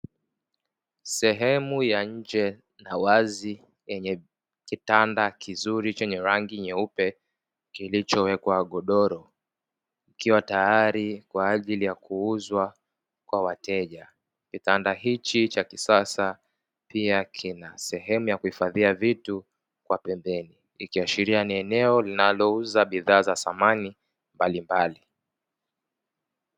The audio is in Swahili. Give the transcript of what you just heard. Sehemu ya nje na wazi yenye kitanda kizuri chenye rangi nyeupe, kilichowekwa godoro kikiwa tayari kwa ajili ya kuuzwa kwa wateja, kitanda hichi cha kisasa pia kina sehemu ya kuhifadhia vitu kwa pembeni ikiashiria ni eneo linalouza bidhaa za samani mbalimbali.